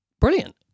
brilliant